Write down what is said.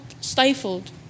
stifled